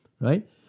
right